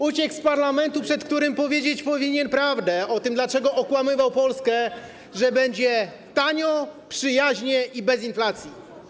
Uciekł z parlamentu, przed którym powinien powiedzieć prawdę o tym, dlaczego okłamywał Polskę, że będzie tanio, przyjaźnie i bez inflacji.